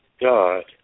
god